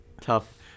tough